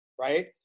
right